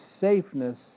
safeness